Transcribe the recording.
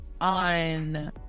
on